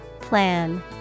Plan